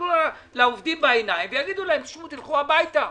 יסתכלו לעובדים הביתה ויגידו להם: תלכו הביתה.